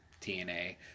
TNA